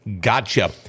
Gotcha